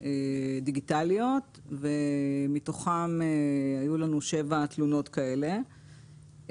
דיגיטליות מתוכן היו לנו 7 תלונות כאלה.